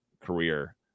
career